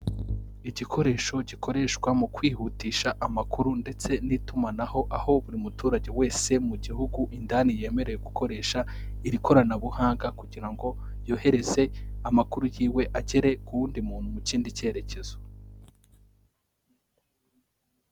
Igikoresho gikoreshwa mu kwihutisha amakuru ndetse n'itumanaho, aho buri muturage wese mu gihugu indani yemerewe gukoresha iri koranabuhanga kugira ngo yohereze amakuru yiwe agere ku wundi muntu mu kindi cyerekezo.